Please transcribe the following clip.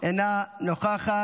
אינה נוכחת.